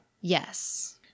Yes